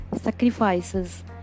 sacrifices